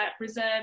reserve